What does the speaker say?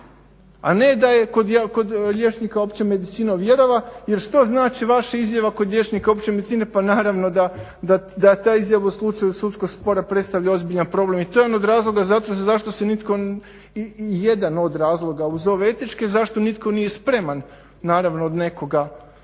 a ne da je kod liječnika opće medicine ovjerava jer što znači vaša izjava kod liječnika opće medicine, pa naravno da ta izjava u slučaju sudskog spora predstavlja ozbiljan problem i to je jedan od razloga zašto se nitko i jedan od razloga uz ove etičke zašto nitko nije spreman naravno od nekog